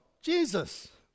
Jesus